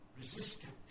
resistant